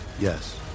Yes